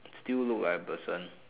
still look like a person